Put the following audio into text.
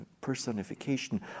personification